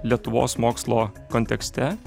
lietuvos mokslo kontekste